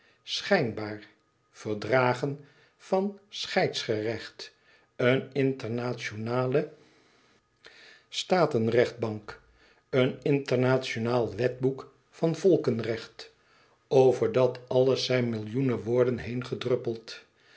schijnbaar verdragen van scheidsgerecht een internationale statenrechtbank een internationaal wetboek van volkenrecht over dat alles zijn millioenen woorden